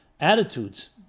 attitudes